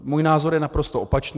Můj názor je naprosto opačný.